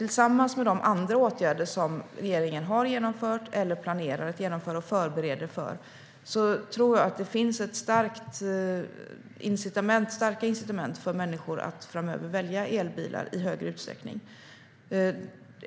Tillsammans med de andra åtgärder som regeringen har genomfört eller planerar att genomföra och förbereder för tror jag att det finns starka incitament för människor att framöver välja elbilar i högre utsträckning.